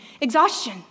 Exhaustion